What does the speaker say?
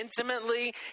intimately